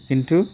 किन्तु